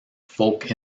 folk